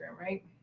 right